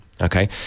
Okay